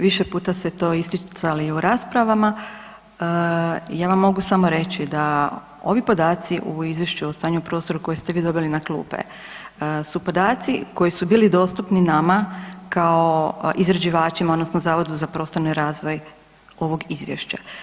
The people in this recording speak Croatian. Više puta ste to isticali i u raspravama, ja vam mogu samo reći da ovi podaci u izvješću o stanju prostora koji ste vi dobili na klupe su podaci koji su bili dostupni nama kao izrađivačima odnosno Zavodu za prostorni razvoj ovog izvješća.